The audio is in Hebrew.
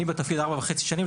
אני בתפקיד 4.5 שנים.